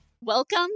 Welcome